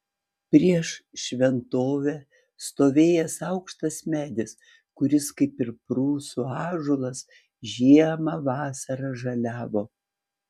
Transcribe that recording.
prieš šventovę stovėjęs aukštas medis kuris kaip ir prūsų ąžuolas žiemą vasarą žaliavo